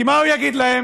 כי מה הוא יגיד להם?